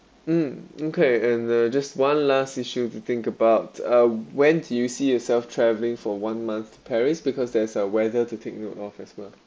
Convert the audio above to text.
mm okay and uh just one last issue to think about uh when you see yourself travelling for one month paris because there's uh weather to take note of as well